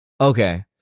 Okay